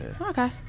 Okay